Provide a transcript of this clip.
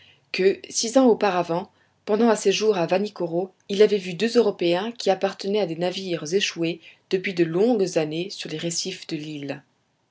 que six ans auparavant pendant un séjour à vanikoro il avait vu deux européens qui appartenaient à des navires échoués depuis de longues années sur les récifs de l'île